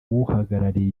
uhagarariye